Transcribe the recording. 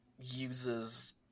uses